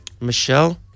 Michelle